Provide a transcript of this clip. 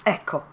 Ecco